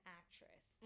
actress